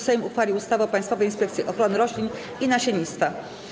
Sejm uchwalił ustawę o Państwowej Inspekcji Ochrony Roślin i Nasiennictwa.